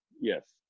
yes